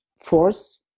force